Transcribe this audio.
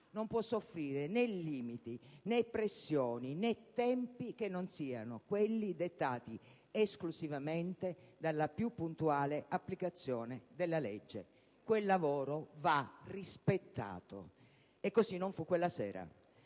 possono soffrire né limiti, né pressioni, né tempi che non siano quelli dettati esclusivamente dalla più puntuale applicazione della legge. Quel lavoro va rispettato: così, però, non fu quella sera